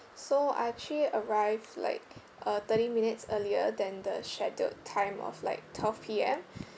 so I actually arrived like uh thirty minutes earlier than the scheduled time of like twelve P_M